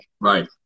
Right